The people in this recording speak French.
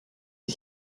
est